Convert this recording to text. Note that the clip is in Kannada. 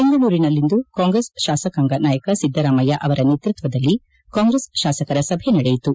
ಬೆಂಗಳೂರಿನಲ್ಲಿಂದು ಕಾಂಗ್ರೆಸ್ ಶಾಸಕಾಂಗ ನಾಯಕ ಸಿದ್ದರಾಮಯ್ಯ ಅವರ ನೇತೃತ್ವದಲ್ಲಿ ಕಾಂಗ್ರೆಸ್ ಶಾಸಕರ ಸಭೆ ನಡೆಯಿತು